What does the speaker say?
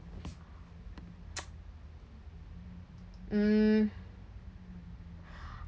mm